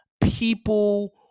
people